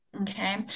okay